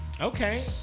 Okay